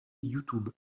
youtube